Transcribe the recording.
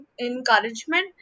encouragement